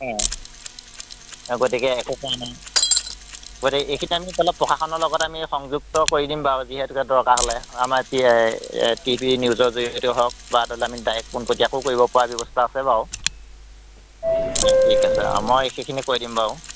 অঁ গতিকে একো কোৱা নাই গতিকে এইখিনি আমি তেতিয়াহ'লে প্ৰশাসনৰ লগত আমি সংযুক্ত কৰি দিম বাৰু যিহেতুকে দৰকাৰ হ'লে আমাৰ এতিয়া এই টি ভি নিউজৰ জৰিয়তেই হওক বা ধৰি লওক আমি ডাইৰেক্ট পোনপটীয়াকৈও কৰিব পৰা ব্যৱস্থাও আছে বাৰু অঁ ঠিক আছে অঁ মই সেইখিনি কৈ দিম বাৰু